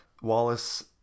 wallace